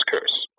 curse